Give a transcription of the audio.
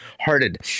Hearted